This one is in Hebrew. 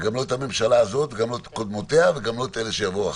וגם לא את הממשלה הזאת וגם לא את קודמותיה וגם לא את אלה שיבואו אחריה.